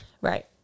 Right